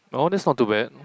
!aww! that's not too bad